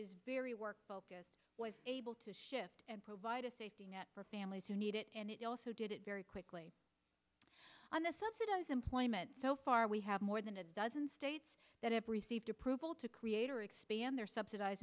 is very work focused was able to shift and provide a safety net for families who need it and it also did it very quickly on the subsidized employment so far we have more than a dozen states that have received approval to create or expand their subsidize